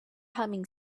humming